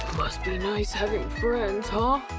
must be nice having friends, huh?